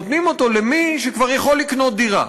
נותנים אותו למי שכבר יכול לקנות דירה,